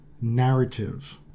narrative